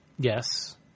Yes